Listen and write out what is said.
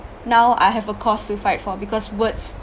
now I have a cause to fight for because words